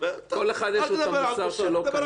לכל אחד יש המוסר שלו כנראה.